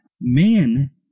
man